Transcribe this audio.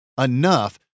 enough